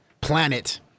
planet